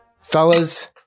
Fellas